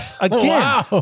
Again